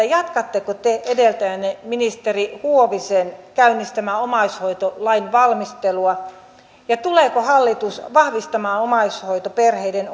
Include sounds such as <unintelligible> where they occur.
<unintelligible> jatkatteko te edeltäjänne ministeri huovisen käynnistämää omaishoitolain valmistelua ja tuleeko hallitus vahvistamaan omaishoitoperheiden <unintelligible>